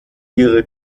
ihre